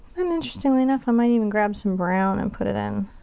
and interestingly enough, i might even grab some brown and put it in.